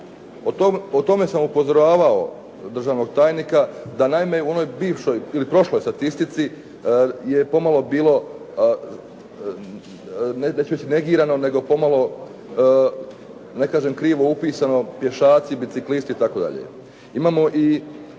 O tome sam upozoravao državnog tajnika da naime u onoj bivšoj ili prošloj statistici je pomalo bilo neću reći negirano, nego pomalo, ne kažem krivo upisano, pješaci, biciklisti itd..